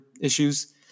issues